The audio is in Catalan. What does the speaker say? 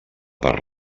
per